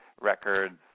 records